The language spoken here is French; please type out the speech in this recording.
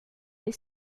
les